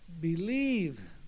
believe